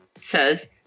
says